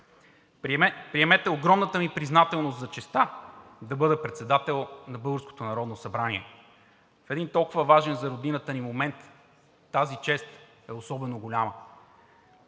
Приемете огромната ми признателност за честта да бъда председател на българското Народно събрание. В един толкова важен за Родината ни момент тази чест е особено голяма.